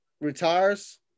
retires